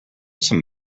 some